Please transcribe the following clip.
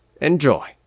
enjoy